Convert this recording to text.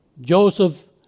Joseph